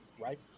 right